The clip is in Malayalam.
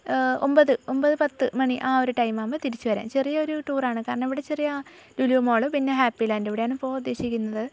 ഒൻപത് ഒൻപത് പത്ത്മണി ആ ഒരു ടൈം ആവുമ്പോൾ തിരിച്ച് വരാം ചെറിയൊരു ടൂർ ആണ് കാരണം ഇവിടെ ചെറിയൊരു ലുലു മാൾ പിന്നെ ഹാപ്പി ലാൻഡ് ഇവിടെയാണ് പോവാൻ ഉദ്ദേശിക്കുന്നത്